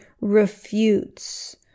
refutes